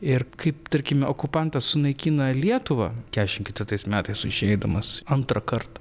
ir kaip tarkime okupantas sunaikina lietuvą keturiasdešimt ktvirtais metais išeidamas antrąkart